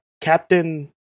Captain